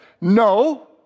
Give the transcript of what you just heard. no